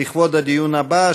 לכבוד הדיון הבא,